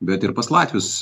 bet ir pas latvius